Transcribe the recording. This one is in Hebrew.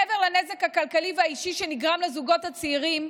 מעבר לנזק הכלכלי והאישי שנגרם לזוגות הצעירים,